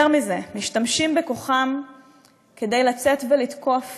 יותר מזה, משתמשים בכוחם כדי לצאת ולתקוף